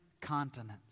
continents